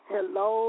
Hello